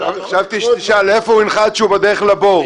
חשבתי שתשאל: איפה הוא ינחת כשהוא בדרך לבור?